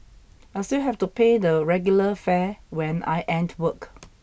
I still have to pay the regular fare when I end work